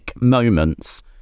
moments